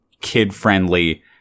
Kid-Friendly